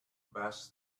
best